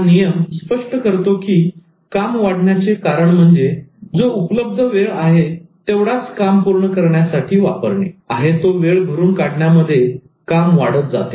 हा नियम स्पष्ट करतो कि काम वाढण्याचे कारण म्हणजे जो उपलब्ध वेळ आहे तेवढाच काम पूर्ण करण्यासाठी वापरणे आहे तो वेळ भरून काढण्यामध्ये काम वाढत जाते